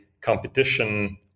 competition